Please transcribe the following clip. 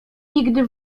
nigdy